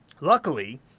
luckily